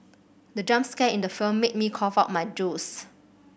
the jump scare in the film made me cough out my juice